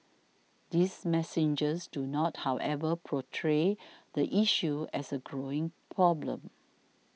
these messages do not however portray the issue as a growing problem